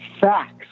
facts